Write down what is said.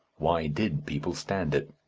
why did people stand it?